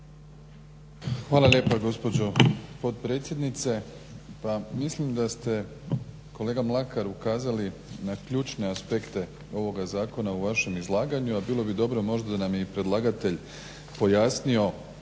Hvala lijepa gospođo potpredsjednice. Pa mislim da ste kolega Mlakar ukazali na ključne aspekte ovoga zakona u vašem izlaganju, a bilo bi dobro možda da nam je i predlagatelj pojasnio